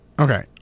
Okay